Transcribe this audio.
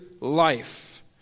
life